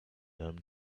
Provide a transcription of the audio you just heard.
them